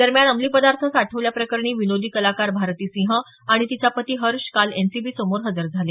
दरम्यान अमंली पदार्थ साठवल्याप्रकरणी विनोदी कलाकार भारती सिंह आणि तिचा पती हर्ष काल एमसीबीसमोर हजर झाले